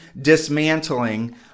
dismantling